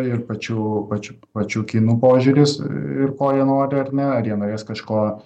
ir pačių pačių pačių kinų požiūris ir ko jie nori ar ne ar jie norės kažko